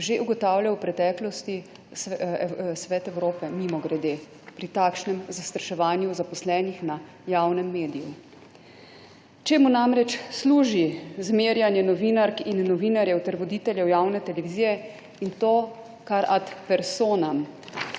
že ugotavljal v preteklosti Svet Evrope, mimogrede, pri takšnem zastraševanju zaposlenih na javnem mediju. Čemu namreč služi zmerjanje novinark in novinarjev ter voditeljev javne televizije, in to kar ad personam,